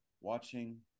watching